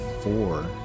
four